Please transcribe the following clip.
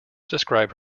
describe